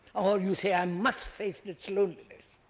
or you say, i must face this loneliness.